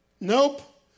Nope